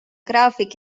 graafik